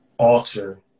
Alter